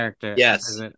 yes